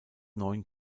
neun